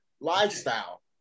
lifestyle